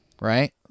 Right